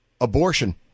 Abortion